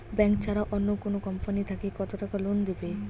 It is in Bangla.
ব্যাংক ছাড়া অন্য কোনো কোম্পানি থাকি কত টাকা লোন দিবে?